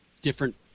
different